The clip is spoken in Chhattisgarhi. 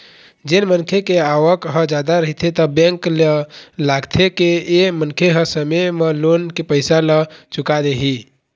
जेन मनखे के आवक ह जादा रहिथे त बेंक ल लागथे के ए मनखे ह समे म लोन के पइसा ल चुका देही